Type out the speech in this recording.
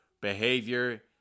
behavior